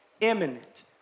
imminent